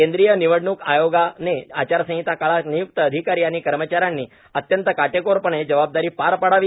केंद्रीय निवडणूक आयोगाने आचारसंहिता काळात निय्क्त अधिकारी व कर्मचाऱ्यांनी अत्यंत काटेकोरपणे जबाबदारी पार पाडावी